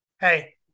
Hey